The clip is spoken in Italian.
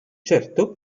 certo